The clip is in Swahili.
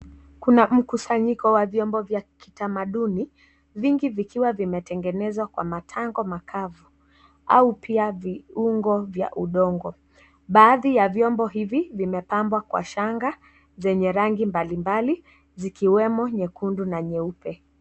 Kuna mkusanyiko wa vyombo vya kitamaduni, vingi vikiwa vimetengenezwa kwa matango makavu au pia viungo vya udongo. Baadhi ya vyombo hivi vimepambwa kwa shanga zenye rangi mbalimbali zikiwemo nyekundu na nyeupe.